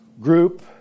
Group